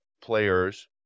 players